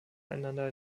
einander